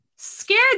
Scared